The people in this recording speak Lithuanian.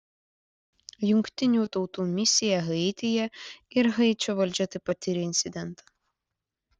jungtinių tautų misija haityje ir haičio valdžia taip pat tiria incidentą